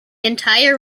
entire